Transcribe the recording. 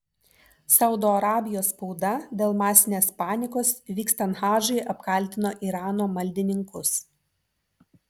saudo arabijos spauda dėl masinės panikos vykstant hadžui apkaltino irano maldininkus